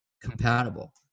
compatible